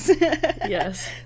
Yes